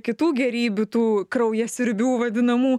kitų gėrybių tų kraujasiurbių vadinamų